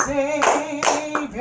Savior